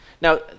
Now